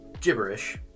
gibberish